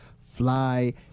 fly